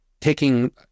taking